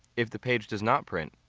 if the page does not print,